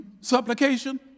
Supplication